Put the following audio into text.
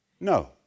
No